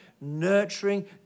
nurturing